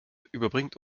überbringt